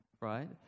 right